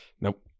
Nope